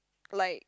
like